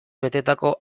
betetako